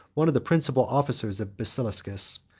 one of the principal officers of basiliscus,